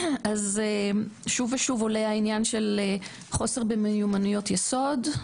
אז שוב ושוב עולה העניין של חוסר במיומנויות יסוד,